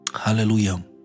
Hallelujah